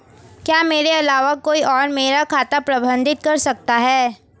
क्या मेरे अलावा कोई और मेरा खाता प्रबंधित कर सकता है?